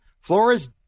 Flores